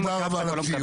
תודה רבה על הציון.